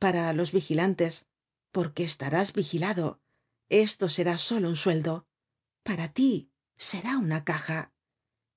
para los vigilantes porque estarás vigilado esto será solo un sueldo para tí será una caja